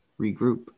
regroup